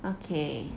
okay